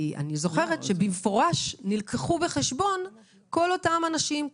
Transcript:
כי אני זוכרת שבמפורש נלקחו בחשבון כל אותם אנשים,